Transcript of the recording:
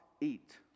eat